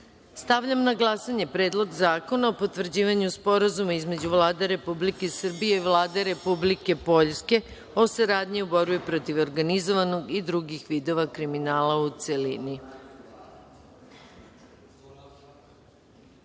zakona. Stavljam na glasanje Predlog zakona o potvrđivanju Sporazuma između Vlade Republike Srbije i Vlade Republike Poljske o saradnji u borbi protiv organizovanog i drugih vidova kriminala, u